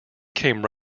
came